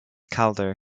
calder